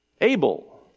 Abel